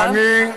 ולכן,